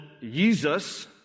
Jesus